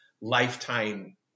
lifetime